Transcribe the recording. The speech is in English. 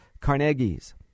Carnegie's